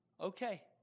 Okay